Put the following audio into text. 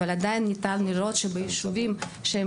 אבל עדיין ניתן לראות שביישובים שהם